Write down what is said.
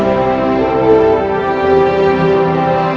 or